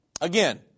again